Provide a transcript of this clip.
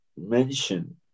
mention